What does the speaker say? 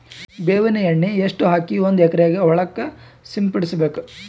ಬೇವಿನ ಎಣ್ಣೆ ಎಷ್ಟು ಹಾಕಿ ಒಂದ ಎಕರೆಗೆ ಹೊಳಕ್ಕ ಸಿಂಪಡಸಬೇಕು?